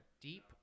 deep